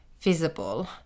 visible